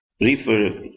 refer